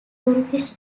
turkish